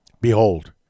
behold